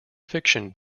fiction